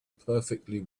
perfectly